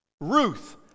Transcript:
Ruth